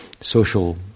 social